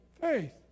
Faith